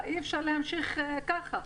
לא ניתן להמשיך כך.